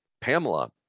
pamela